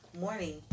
Morning